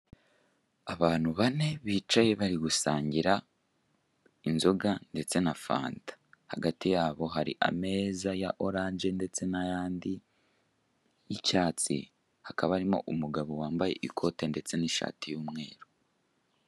Abantu bane bicaye bari gusangira inzoga ndetse na fanta, hagati yabo hari ameza ya oranje ndetse n nayandi y'icyatsi, hakaba harimo umugabo wambaye ikote ndetse n'ishati y'umweru.